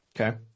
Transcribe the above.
Okay